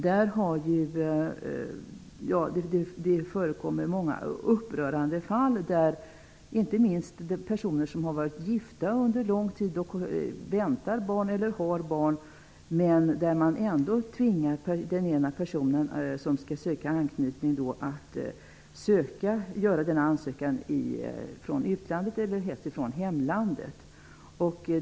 Det förekommer många upprörande fall, inte minst med personer som har varit gifta under lång tid och väntar barn eller har barn. Den person som skall söka uppehållstillstånd tvingas göra denna ansökan från utlandet eller helst från hemlandet.